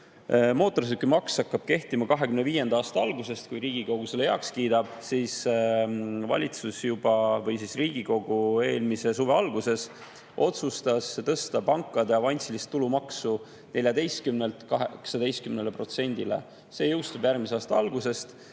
mootorsõidukimaks hakkab kehtima 2025. aasta algusest, kui Riigikogu selle heaks kiidab, aga valitsus või Riigikogu eelmise suve alguses otsustas tõsta pankade avansilist tulumaksu 14%‑lt 18%‑le. See jõustub järgmise aasta algusest